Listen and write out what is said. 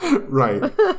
Right